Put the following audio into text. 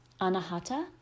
Anahata